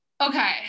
Okay